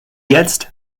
jetzt